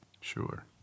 sure